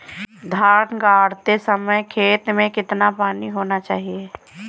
धान गाड़ते समय खेत में कितना पानी होना चाहिए?